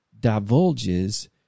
divulges